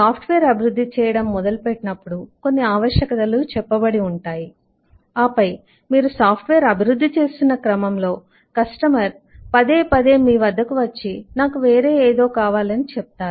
software అభివృద్ధి చేయడం మొదలుపెట్టినప్పుడు కొన్ని ఆవశ్యకతలు చెప్పబడి ఉంటాయి ఆపై మీరు సాఫ్ట్ వేర్ అభివృద్ధి చేస్తున్న క్రమంలో కస్టమర్ పదేపదే మీ వద్దకు వచ్చి నాకు వేరే ఏదో కావాలని చెప్తారు